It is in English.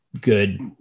good